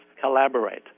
collaborate